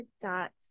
dot